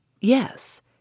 yes